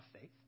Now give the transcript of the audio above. faith